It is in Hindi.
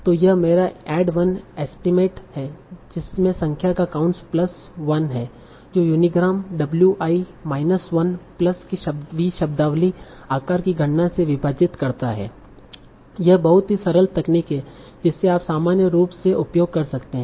तों यह मेरा ऐड वन एस्टीमेट है जिसमे संख्या का काउंट्स प्लस 1 है जो unigram w i minus 1 plus की V शब्दावली आकार की गणना से विभाजित करता है यह बहुत ही सरल तकनीक है जिसे आप सामान्य रूप से उपयोग कर सकते हैं